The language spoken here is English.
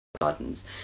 Gardens